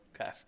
okay